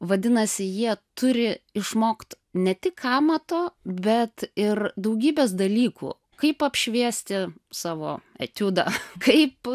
vadinasi jie turi išmokt ne tik amato bet ir daugybės dalykų kaip apšviesti savo etiudą kaip